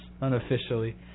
unofficially